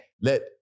let